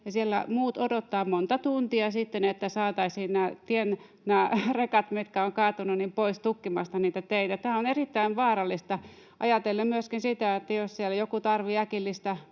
siellä muut odottavat sitten monta tuntia, että saataisiin nämä rekat, mitkä ovat kaatuneet, pois tukkimasta niitä teitä. Tämä on erittäin vaarallista ajatellen myöskin sitä, että jos siellä joku tarvitsee äkillistä